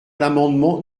l’amendement